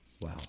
Wow